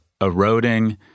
eroding